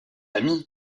ami